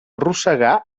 rosegar